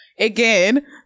again